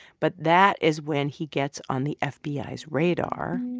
but that is when he gets on the ah fbi's radar.